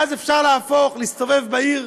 ואז אפשר להסתובב בעיר,